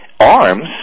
Arms